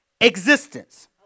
existence